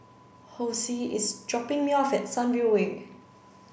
Hosea is dropping me off at Sunview Way